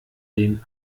den